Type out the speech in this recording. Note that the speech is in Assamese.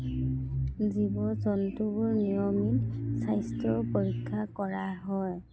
জীৱ জন্তুবোৰ নিয়মিত স্বাস্থ্য পৰীক্ষা কৰা হয়